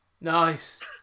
Nice